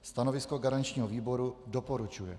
Stanovisko garančního výboru: doporučuje.